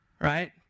right